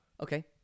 Okay